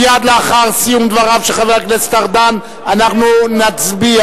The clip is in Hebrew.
מייד לאחר סיום דבריו של חבר הכנסת ארדן אנחנו נצביע.